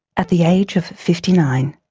at the age of fifty nine,